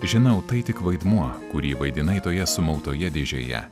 žinau tai tik vaidmuo kurį vaidinai toje sumautoje dėžėje